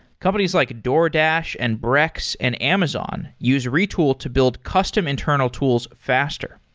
companies like a doordash, and brex, and amazon use retool to build custom internal tools faster.